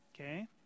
Okay